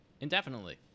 indefinitely